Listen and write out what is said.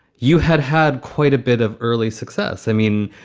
you had had quite a bit of early success. i mean,